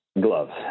Gloves